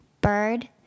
Bird